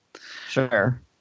Sure